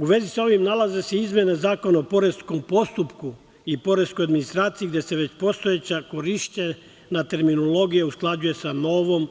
U vezi sa ovim nalaze se i izmene Zakona o poreskom postupku i poreskoj administraciji, gde se već postojeća korišćena terminologija usklađuje sa novom